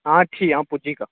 हां ठीक ऐ अ'ऊं पुज्जी जाह्गा